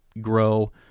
grow